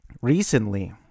recently